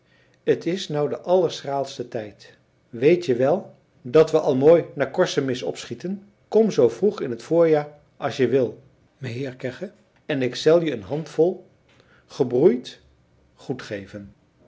t is nou de allerschraalste tijd weetje wel dat we al mooi naar korsemis opschieten kom zoo vroeg in t voorjaar as je wil meheer kegge en ik zel je een handvol gebroeid goed geven